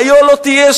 היה לא תהיה,